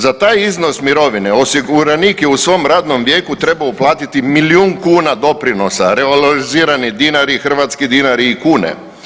Za taj iznos mirovine osiguranik je u svom radnom vijeku trebao uplatiti milijun kuna doprinosa, revalorizirani dinari, hrvatski dinari i kune.